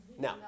Now